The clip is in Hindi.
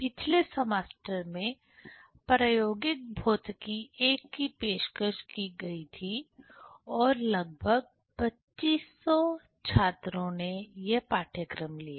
पिछले सेमेस्टर में प्रायोगिक भौतिकी I की पेशकश की गई थी और लगभग 2500 छात्रों ने यह पाठ्यक्रम लिया